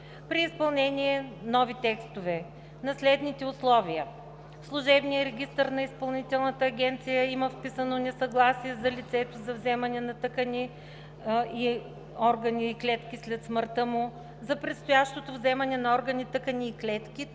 при изпълнение – нови текстове – на следните условия: в служебния регистър на Изпълнителната агенция има вписано несъгласие от лицето за вземане на органи, тъкани и клетки след смъртта му; за предстоящото вземане на органи, тъкани и клетки